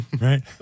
right